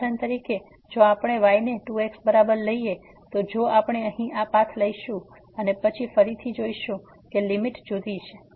ઉદાહરણ તરીકે જો આપણે y ને 2 x બરાબર લઈએ તો જો આપણે અહીં આ પાથ લઈશું અને પછી ફરી જોશું કે લીમીટ જુદી છે